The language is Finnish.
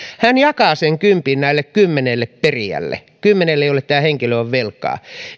hän jakaa sen kympin näille kymmenelle perijälle joille tämä henkilö on velkaa